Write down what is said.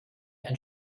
ein